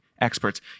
experts